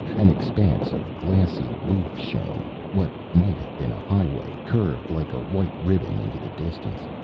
an expanse of glassy roof shone. what might have been a highway curved like a white ribbon into the distance.